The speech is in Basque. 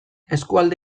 eskualde